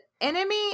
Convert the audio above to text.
enemy